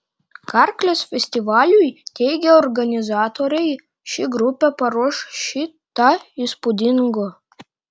karklės festivaliui teigia organizatoriai ši grupė paruoš šį tą įspūdingo